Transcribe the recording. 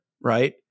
right